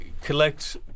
collect